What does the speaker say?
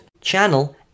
channel